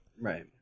Right